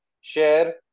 share